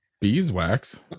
beeswax